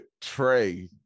trey